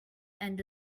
and